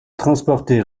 transportait